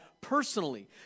personally